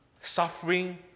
suffering